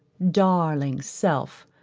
darling self,